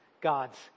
God's